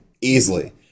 Easily